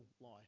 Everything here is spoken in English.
lie